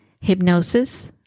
hypnosis